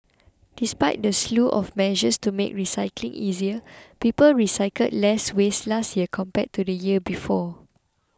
despite the slew of measures to make recycling easier people recycled less waste last year compared to the year before